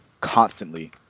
constantly